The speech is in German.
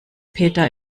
peter